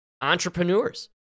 entrepreneurs